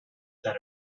that